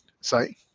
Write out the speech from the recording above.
Sai